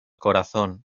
corazón